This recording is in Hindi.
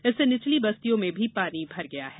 इससे निचली बस्तियों में भी पानी भर गया है